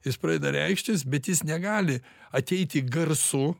jis pradeda reikštis bet jis negali ateiti garsu